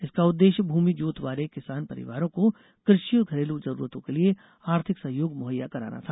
इसका उद्देश्य भूमि जोत वाले किसान परिवारों को कृषि और घरेलू जरूरतों के लिए आर्थिक सहयोग मुहैया कराना था